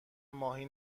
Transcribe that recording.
ماهی